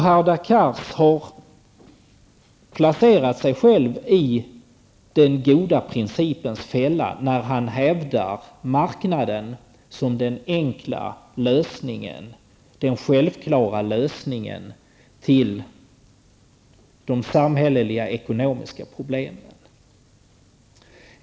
Hadar Cars har placerat sig själv i den goda principens fälla, när han hävdar marknaden som den enkla och självklara lösningen till de samhälleliga ekonomiska problemen.